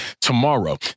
tomorrow